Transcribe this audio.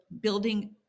building